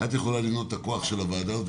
את יכולה לבנות את הכוח של הוועדה הזאת.